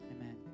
Amen